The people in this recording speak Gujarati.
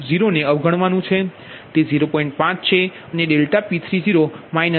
તેથી તમારા આ ∆P20 અવગણવાનુ છે તે 0